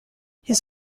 his